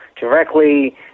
directly